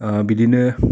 बिदिनो